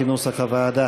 כנוסח הוועדה.